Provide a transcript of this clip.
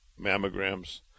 mammograms